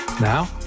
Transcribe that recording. Now